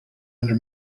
under